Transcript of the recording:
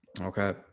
Okay